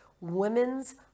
women's